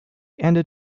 ended